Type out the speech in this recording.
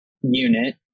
unit